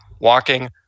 walking